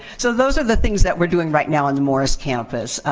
so those are the things that we're doing right now in the morris campus.